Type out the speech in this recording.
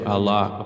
Allah